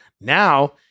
Now